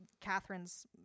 Catherine's